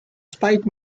spike